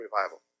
revival